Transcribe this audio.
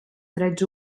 drets